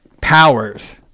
powers